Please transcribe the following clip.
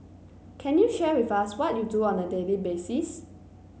can you share with us what you do on the daily basis